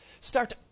Start